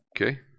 Okay